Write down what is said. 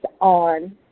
on